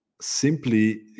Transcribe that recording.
simply